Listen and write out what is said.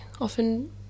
often